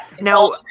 Now